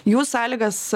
jų sąlygas